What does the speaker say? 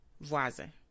Voisin